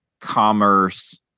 commerce